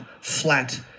flat